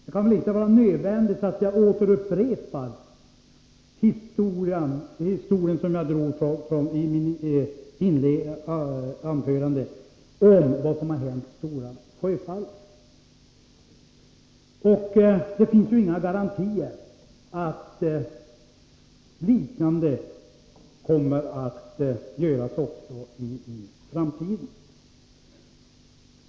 Det kan väl inte vara nödvändigt att jag upprepar, från mitt inledningsanförande, historien om vad som har hänt med Stora Sjöfallet? Det finns ju inga garantier för att inte liknande ingrepp kommer att göras också i framtiden.